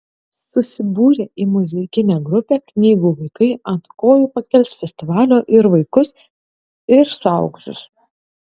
susibūrę į muzikinę grupę knygų vaikai ant kojų pakels festivalio ir vaikus ir suaugusius